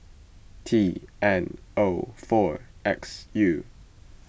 T N O four X U